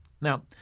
Now